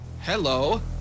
Hello